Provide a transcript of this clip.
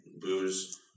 booze